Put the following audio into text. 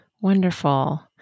Wonderful